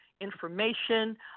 information